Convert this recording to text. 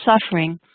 suffering